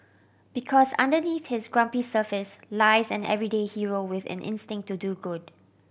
because underneath his grumpy surface lies an everyday hero with an instinct to do good